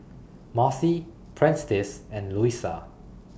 Marcy Prentice and Luisa